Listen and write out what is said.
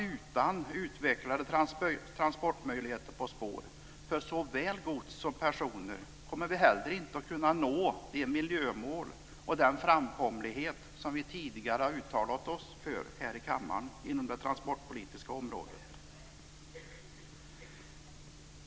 Utan utvecklade transportmöjligheter på spår för såväl gods som personer kommer vi heller inte att kunna nå de miljömål och den framkomlighet som vi tidigare har uttalat oss för här i kammaren inom det transportpolitiska området.